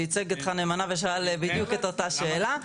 שייצג אותך נאמנה ושאל בדיוק את אותה שאלה.